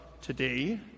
today